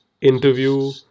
Interview